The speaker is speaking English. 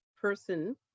person